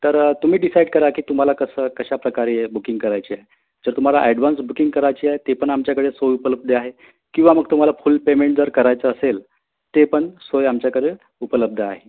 तर तुम्ही डिसाईड करा की तुम्हाला कसं कशाप्रकारे बुकिंग करायची आहे जर तुम्हाला अॅडव्हान्स बुकिंग करायची आहे ते पण आमच्याकडे सोय उपलब्ध आहे किंवा मग तुम्हाला फुल पेमेंट जर करायचं असेल ते पण सोय आमच्याकडे उपलब्ध आहे